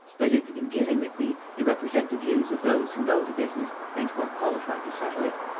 but if, in dealing with me, you represent the views of those who know the business and who are qualified to settle it.